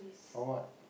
for what